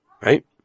Right